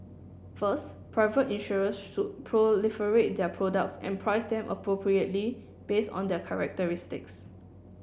first private insurers should proliferate their products and price them appropriately based on their characteristics